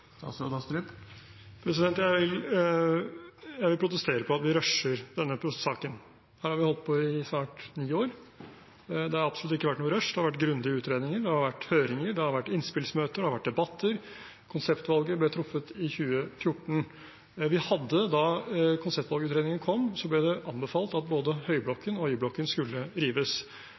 Jeg vil protestere på at vi «rusher» denne saken. Her har vi holdt på i snart ni år. Det har absolutt ikke vært noe rush, det har vært en grundig utredninger, det har vært høringer, det har vært innspillsmøter, og det har vært debatter. Konseptvalget ble truffet i 2014. Da konseptvalgutredningen kom, ble det anbefalt at både Høyblokken og Y-blokken skulle